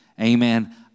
Amen